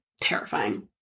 terrifying